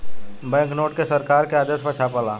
bank note के सरकार के आदेश पर छापाला